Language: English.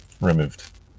removed